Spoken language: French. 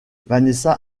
vanessa